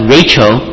Rachel